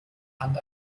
hand